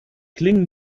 klingen